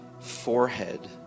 forehead